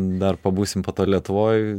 dar pabūsim po to lietuvoj